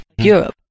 Europe